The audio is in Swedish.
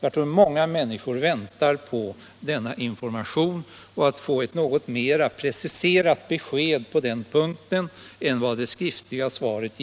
Jag tror att många människor väntar på denna information och vore tacksamma om de kunde få ett något mera detaljerat besked på denna punkt än vad som ges i det skriftliga svaret.